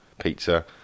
pizza